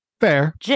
Fair